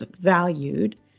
valued